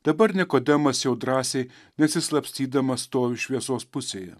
dabar nikodemas jau drąsiai nesislapstydamas stovi šviesos pusėje